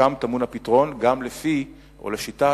שם טמון הפתרון גם לפי, או לשיטת,